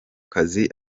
kazi